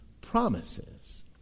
promises